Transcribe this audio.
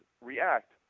react